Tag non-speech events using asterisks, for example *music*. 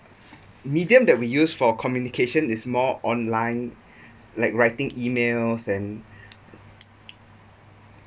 medium that we use for communication is more online *breath* like writing emails and